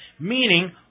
meaning